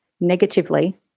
negatively